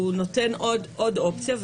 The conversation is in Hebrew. שנותן עוד אופציה.